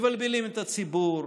מבלבלים את הציבור,